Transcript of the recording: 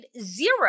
zero